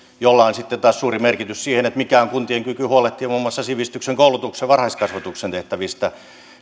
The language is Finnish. on sitten taas suuri merkitys sille mikä on kuntien kyky huolehtia muun muassa sivistyksen koulutuksen ja varhaiskasvatuksen tehtävistä